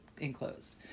enclosed